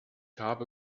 habe